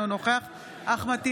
אינו נוכח אחמד טיבי,